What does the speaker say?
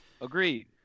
Agreed